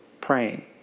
praying